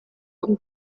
und